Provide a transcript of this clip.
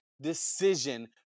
decision